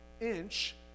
inch